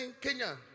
Kenya